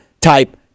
type